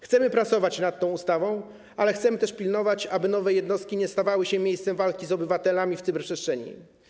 Chcemy pracować nad tą ustawą, ale chcemy też pilnować, aby nowe jednostki nie stawały się miejscem walki z obywatelami w cyberprzestrzeni.